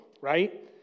right